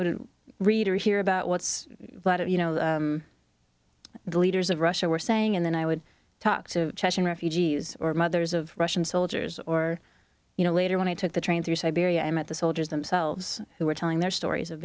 wouldn't read or hear about what's lot of you know the leaders of russia were saying and then i would talk to chechen refugees or mothers of russian soldiers or you know later when i took the train to siberia i met the soldiers themselves who were telling their stories of